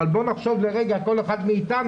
אבל בואו נחשוב לרגע כל אחד מאתנו,